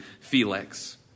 Felix